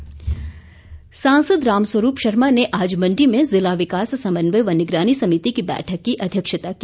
राम स्वरूप सांसद राम स्वरूप शर्मा ने आज मंडी में जिला विकास समन्वय व निगरानी समिति की बैठक की अध्यक्षता की